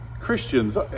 christians